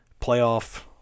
playoff